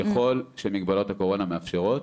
ככל שמגבלות הקורונה מאפשרות